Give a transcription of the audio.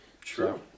True